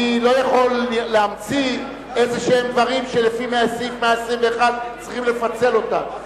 אני לא יכול להמציא דברים שלפי סעיף 121 צריכים לפצל אותם.